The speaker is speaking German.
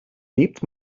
lebt